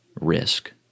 risk